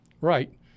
Right